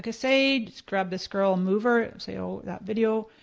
ah say, scrub this scroll mover, say all that video.